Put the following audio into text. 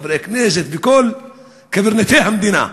חברי הכנסת וכל קברניטי המדינה,